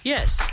Yes